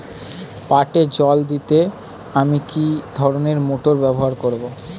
পাটে জল দিতে আমি কি ধরনের মোটর ব্যবহার করব?